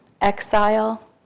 exile